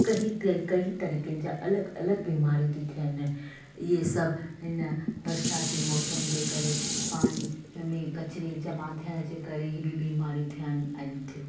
कईं त़रीक़नि जा अलॻि अलॻि बीमारियूं थियूं थियनि इहे सभु इन बरसातु जे मौसमु जे करे पाणी इनमें कचिरे जमा थियणु जे करे ई बि बीमारियूं थियनि पियनि थियूं